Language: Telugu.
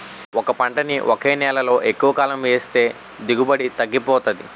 ఒకే పంటని ఒకే నేలలో ఎక్కువకాలం ఏస్తే దిగుబడి తగ్గిపోతాది